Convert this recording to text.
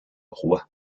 roi